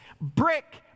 brick